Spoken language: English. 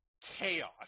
chaos